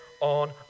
on